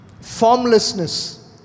formlessness